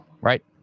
right